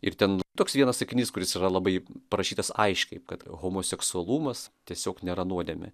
ir ten toks vienas sakinys kuris yra labai prašytas aiškiai kad homoseksualumas tiesiog nėra nuodėmė